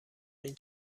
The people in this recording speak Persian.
این